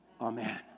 Amen